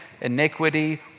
iniquity